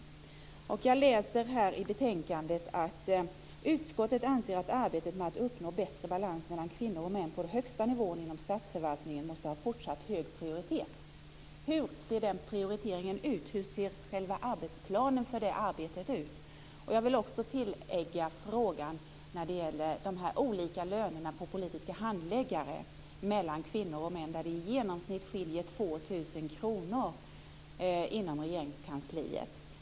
Jag läser i betänkandet att "utskottet anser att arbetet med att uppnå bättre balans mellan kvinnor och män på den högsta nivån inom statsförvaltningen måste ha fortsatt hög prioritet". Hur ser den prioriteringen ut? Hur ser själva arbetsplanen för det arbetet ut? Jag skulle också vilja ta upp frågan om de olika lönerna för manliga och kvinnliga politiska handläggare där det i genomsnitt skiljer 2 000 kr inom Regeringskansliet.